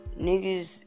Niggas